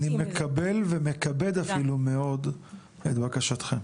אני מקבל ומכבד אפילו מאוד את בקשתכם,